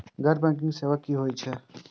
गैर बैंकिंग सेवा की होय छेय?